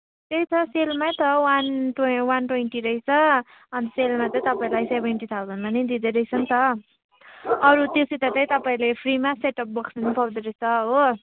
त्यही त सेलमा त वान टुवे वान ट्वेन्टी रहेछ अन्त सेलमा चाहिँ तपाईँलाई सेभेन्टी थाउजन्डमा नै दिँदैरहेछ नि त अरू त्योसित चाहिँ तपाईँले फ्रीमा सेटटप बक्स पनि पाउँदोरहेछ हो